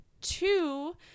two